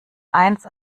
eins